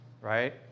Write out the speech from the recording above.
right